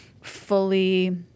fully